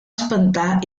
espantar